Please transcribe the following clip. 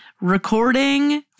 recording